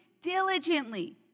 diligently